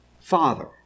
Father